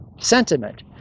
sentiment